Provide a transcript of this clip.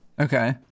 Okay